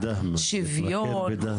שוויון,